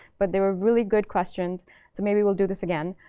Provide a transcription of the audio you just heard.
but they were really good questions. so maybe we'll do this again.